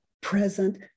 present